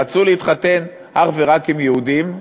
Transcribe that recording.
רצו להתחתן אך ורק עם יהודים,